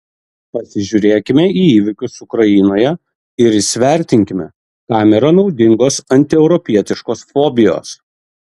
pasižiūrėkime į įvykius ukrainoje ir įsivertinkime kam yra naudingos antieuropietiškos fobijos